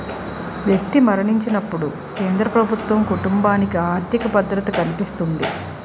వ్యక్తి మరణించినప్పుడు కేంద్ర ప్రభుత్వం కుటుంబానికి ఆర్థిక భద్రత కల్పిస్తుంది